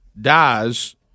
dies